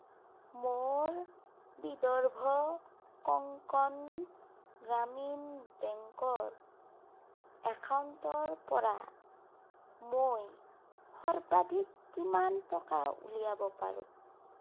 মোৰ বিদৰ্ভ কংকণ গ্ৰামীণ বেংকৰ একাউণ্টৰ পৰা মই সৰ্বাধিক কিমান টকা উলিয়াব পাৰো